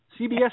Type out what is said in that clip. CBS